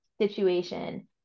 situation